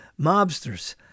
mobsters